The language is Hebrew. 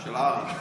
של ערק,